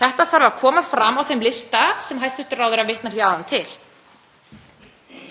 Þetta þarf að koma fram á þeim lista sem hæstv. ráðherra vitnaði áðan til